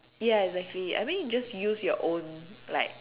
ya exactly I mean just use your own like